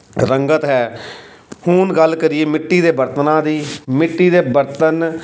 ਰੰਗਤ ਹੈ ਹੁਣ ਗੱਲ ਕਰੀਏ ਮਿੱਟੀ ਦੇ ਬਰਤਨਾਂ ਦੀ ਮਿੱਟੀ ਦੇ ਬਰਤਨ